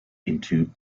into